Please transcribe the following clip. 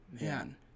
Man